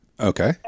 Okay